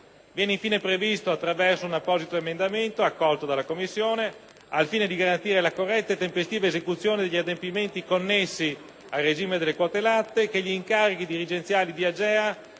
Viene poi previsto, attraverso un apposito emendamento accolto dalla Commissione, al fine di garantire la corretta e tempestiva esecuzione degli adempimenti connessi al regime delle quote latte, che gli incarichi dirigenziali dell'AGEA